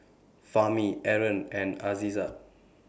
Fahmi Aaron and Aizat